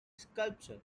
sculptures